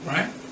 Right